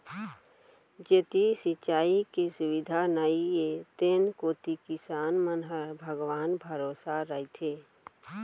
जेती सिंचाई के सुबिधा नइये तेन कोती किसान मन ह भगवान भरोसा रइथें